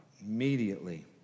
Immediately